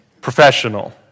professional